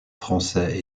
français